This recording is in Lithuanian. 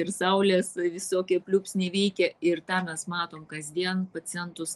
ir saulės visokie pliūpsniai įvykę ir tą mes matom kasdien pacientus